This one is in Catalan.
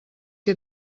que